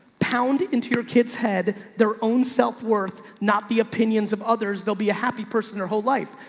pounded into your kid's head, their own self worth, not the opinions of others. there'll be a happy person or whole life.